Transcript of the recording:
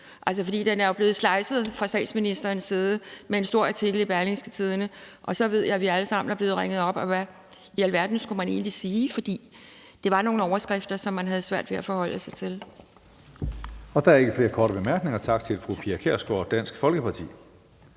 For udspillet er jo blevet slicet fra statsministerens side med en stor artikel i Berlingske, og så ved jeg jo, at vi alle sammen er blevet ringet op, og hvad i alverden skulle man egentlig sige? For det var nogle overskrifter, som man havde svært ved at forholde sig til. Kl. 20:35 Tredje næstformand (Karsten Hønge): Der er ikke flere korte bemærkninger. Tak til fru Pia Kjærsgaard og Dansk Folkeparti.